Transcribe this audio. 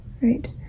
right